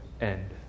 end